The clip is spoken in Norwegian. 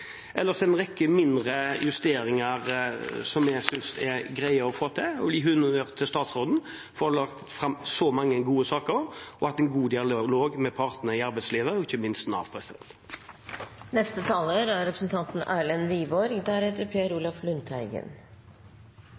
ellers en rekke mindre justeringer som jeg synes det er greit å få til, og jeg vil gi honnør til statsråden for å ha lagt fram så mange gode saker og hatt en god dialog med partene i arbeidslivet, og ikke minst med Nav. Jeg er